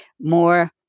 more